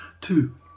Two